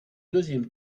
deuxième